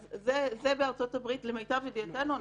אז זה בארצות-הברית למיטב ידיעתנו.